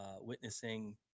witnessing